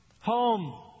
Home